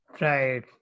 Right